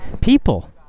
people